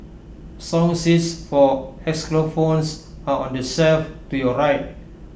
song sheets for xylophones are on the self to your right